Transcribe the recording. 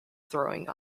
throwing